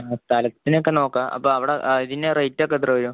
ആ സ്ഥലത്തിന് ഒക്കെ നോക്കാ അപ്പം അവിടെ ഇതിന് റേറ്റ് ഒക്കെ എത്ര വരും